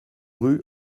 rue